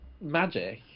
magic